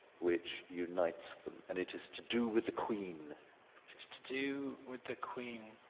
which unites them. and it is to do with the queen. it's to do with the queen.